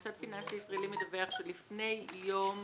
מוסד פיננסי ישראלי מדווח שלפני יום